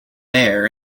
heir